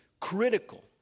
critical